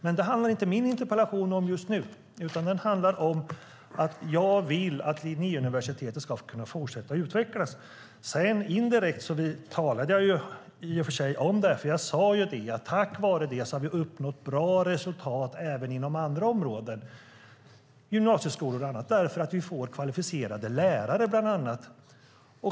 Men detta handlar inte min interpellation om just nu, utan den handlar om att jag vill att Linnéuniversitetet ska kunna fortsätta utvecklas. Indirekt talade jag i och för sig om det som Roger Haddad var inne på, för jag sade att vi tack vare detta hade uppnått bra resultat även på andra områden - gymnasieskolor och annat - bland annat därför att vi får kvalificerade lärare.